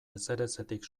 ezerezetik